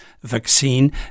vaccine